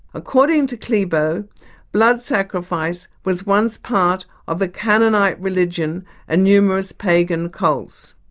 according to qleibo blood sacrifice was once part of the canaanite religion and numerous pagan cults.